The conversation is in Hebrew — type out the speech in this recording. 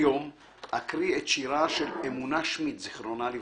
היום אקריא את שירה של אמונה שמידט ז״ל,